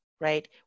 right